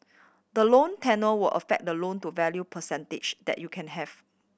the loan tenure will affect the loan to value percentage that you can have